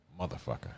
motherfucker